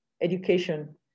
education